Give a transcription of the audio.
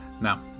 Now